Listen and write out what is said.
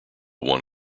one